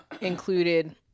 included